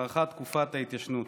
הארכת תקופת ההתיישנות,